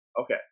okay